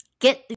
Get